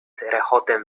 rechotem